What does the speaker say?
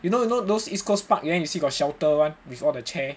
you know you know those east coast park and you see got shelter [one] with all the chair